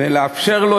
ולאפשר לו,